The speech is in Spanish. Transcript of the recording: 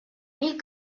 mil